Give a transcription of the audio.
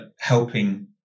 helping